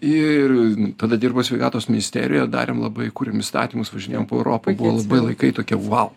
ir tada dirbau sveikatos ministerijoj darėm labai kūrėm įstatymus važinėjom po europą buvo labai laikai tokie vau